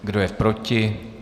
Kdo je proti?